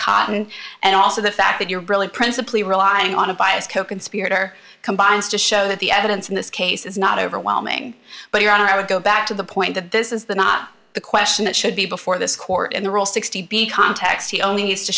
cotton and also the fact that you're really principally relying on a biased coconspirator combines to show that the evidence in this case is not overwhelming but your honor i would go back to the point that this is the not the question that should be before this court and the rule sixty b context he only needs to